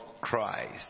christ